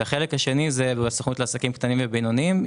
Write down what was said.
החלק השני הוא בסוכנות לעסקים קטנים ובינוניים.